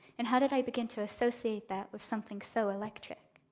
and how did i begin to associate that with something so electric?